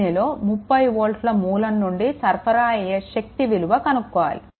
దీనిలో 30 వోల్ట్ల మూలం నుండి సరఫరా అయ్యే శక్తి విలువ కనుక్కోవాలి